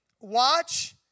Watch